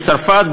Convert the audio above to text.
בצרפת,